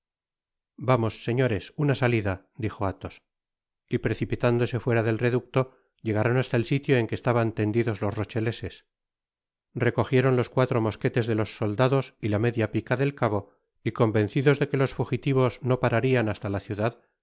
vamos señores una salida dijo athos y precipitándose fuera del reducto llegaron hasta el sitio en que estaban tendidos los rocheleses recojieron los cuatro mosquetes de los soldados y la media pica del cabo y convencidos de que los fugitivos no pararían basta la ciudad